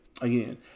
again